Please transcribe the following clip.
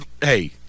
Hey